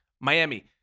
Miami